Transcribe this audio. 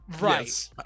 right